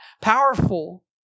powerful